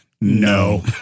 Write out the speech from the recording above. No